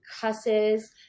cusses